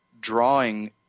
drawing